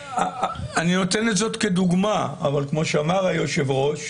אני נותן את זאת כדוגמה, אבל כמו שאמר היושב-ראש,